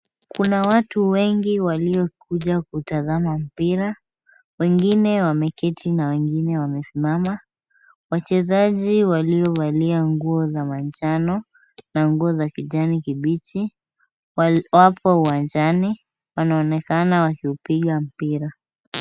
Kuna watu wengi waliokuja kutazama mpira, wengine wameketi na wengine wamesimama. Wachezaji waliovalia nguo za manjano na nguo za kijani kibichi, wapo uwanjani wanaonekana wakiupiga mpira.